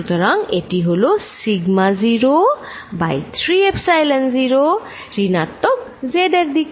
সুতরাং একটি হলো sigma 0 বাই 3 এপসাইলন 0 ঋণাত্মকz এর দিকে